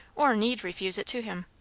or need refuse it to him.